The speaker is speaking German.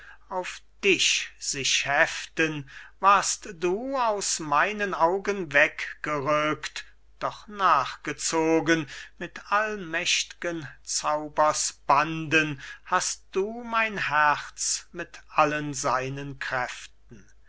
auf dich sich heften warst du aus meinen augen weggerückt doch nachgezogen mit allmächt'gen zaubers banden hast du mein herz mit allen seinen kräften